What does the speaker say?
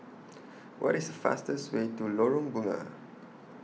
What IS The fastest Way to Lorong Bunga